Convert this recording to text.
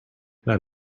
that